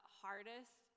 hardest